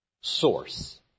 Source